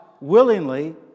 willingly